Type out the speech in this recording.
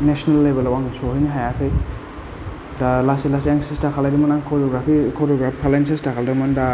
national लेभेलाव आं सहैनो हायाखै दा लासै लासै आं सेस्था खालायदोंमोन आं करिय'ग्राफि खालायनो सेस्था खालायदोंमोन दा